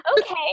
okay